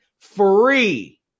free